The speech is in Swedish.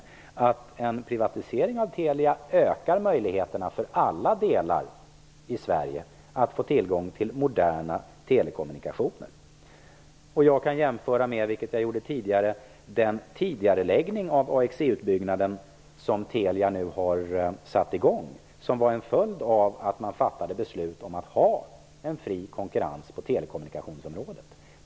Jag vill påstå att en privatisering av Telia ökar möjligheterna för alla delar av Sverige att få tillgång till moderna telekommunikationer. Jag kan jämföra - vilket jag gjorde tidigare - med den tidigareläggning av AXE-utbyggnaden som Telia nu har satt i gång, som var en följd av att beslut fattades om fri konkurrens på telekommunikationsområdet.